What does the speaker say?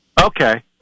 Okay